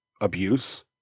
abuse